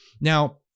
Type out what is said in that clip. Now